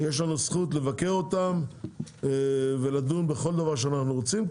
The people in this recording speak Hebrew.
יש לנו זכות לבקר אותם ולדון בכל דבר שאנחנו רוצים,